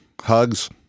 hugs